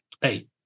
hey